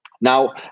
now